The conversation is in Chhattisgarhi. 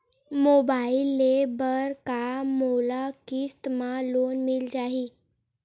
मोबाइल ले बर का मोला किस्त मा लोन मिल जाही?